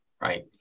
right